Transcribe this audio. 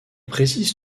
précise